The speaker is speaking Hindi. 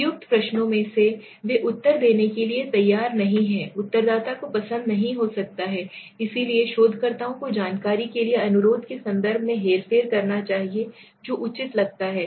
उपयुक्त प्रश्नों में भी वे उत्तर देने के लिए तैयार नहीं हैं उत्तरदाता को पसंद नहीं हो सकता है इसलिए शोधकर्ताओं को जानकारी के लिए अनुरोध के संदर्भ में हेरफेर करना चाहिए जो उचित लगता है